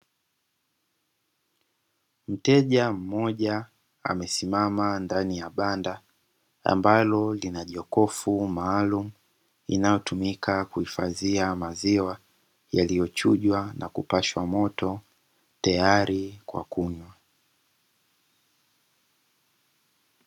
Mteja mmoja amesimama ndani ya banda ambalo lina jokofu maalumu, linalotumika kuhifadhia maziwa yaliyochujwa na kupashwa moto tayari kwa kunywa.